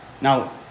Now